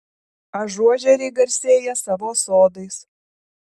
ažuožeriai garsėja savo sodais